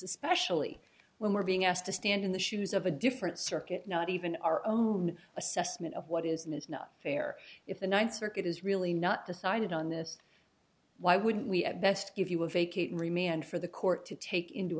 especially when we're being asked to stand in the shoes of a different circuit not even our own assessment of what isn't is not fair if the ninth circuit is really not decided on this why wouldn't we at best if you will vacate remain and for the court to take into